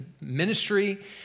ministry